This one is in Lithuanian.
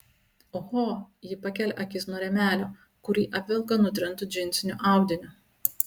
oho ji pakelia akis nuo rėmelio kurį apvelka nutrintu džinsiniu audiniu